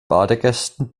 badegästen